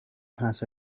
pass